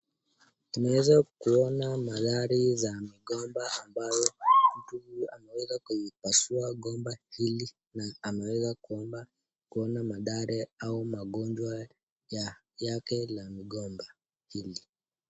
Tunaweza kuona magari za migomba ambayo mtu huyu amweza kuipasua gomba hili na ameweza kuona madhara au magonjwa ya yake la mgomba hili.